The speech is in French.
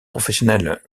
professionnel